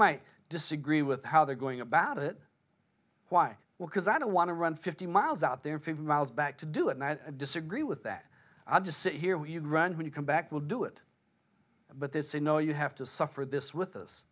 might disagree with how they're going about it why we're because i don't want to run fifty miles out there fifty miles back to do it and i disagree with that i just sit here when you run when you come back we'll do it but they say no you have to suffer this with us